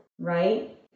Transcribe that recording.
right